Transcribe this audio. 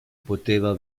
poteva